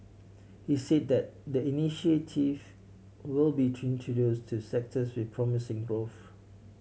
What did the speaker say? he said the initiative will be introduced to sectors with promising growth